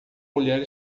mulher